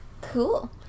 Cool